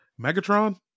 Megatron